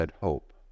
hope